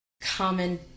common